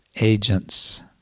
agents